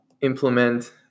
implement